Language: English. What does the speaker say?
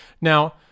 Now